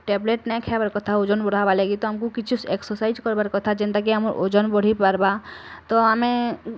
tablet ନାଇଁ ଖାଏବାର୍ କଥା ଓଜନ୍ ବଢ଼ାବା ଲାଗି ତ ଆମକୁ କିଛୁ ଏକ୍ସରସାଇଜ୍ କରବାର୍ କଥା ଯେନ୍ତା କି ଆମର୍ ଓଜନ୍ ବଢ଼ି ପାର୍ବା ତ ଆମେ